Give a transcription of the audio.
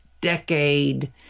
decade